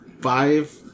five